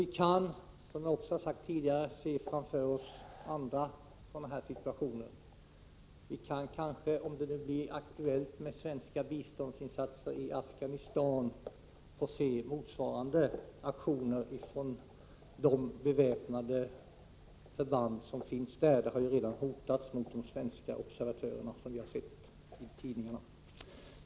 Vi kan, som jag har sagt tidigare, se framför oss andra dylika situationer. Om det blir aktuellt med svenskt bistånd och insatser i Afghanistan, kan vi komma att få se motsvarande aktioner från de beväpnade förband som finns där. Som vi har sett i tidningarna har svenska observatörer redan blivit hotade.